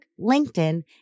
LinkedIn